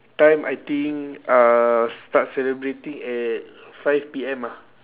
time I think uh start celebrating at five P_M ah